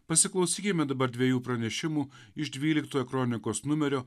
pasiklausykime dabar dviejų pranešimų iš dvyliktojo kronikos numerio